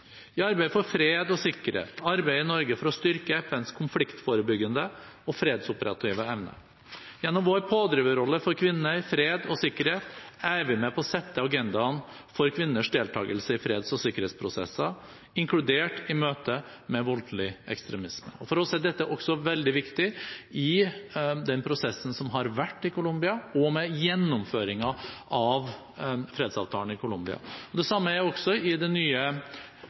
I arbeidet for fred og sikkerhet arbeider Norge for å styrke FNs konfliktforebyggende og fredsoperative evne. Gjennom vår pådriverrolle for kvinner, fred og sikkerhet er vi med på å sette agendaen for kvinners deltakelse i freds- og sikkerhetsprosesser, inkludert i møte med voldelig ekstremisme. For oss er dette veldig viktig i den prosessen som har vært i Colombia, og i gjennomføringen av fredsavtalen i Colombia. Det samme gjelder også i det nye